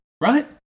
right